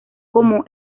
como